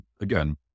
again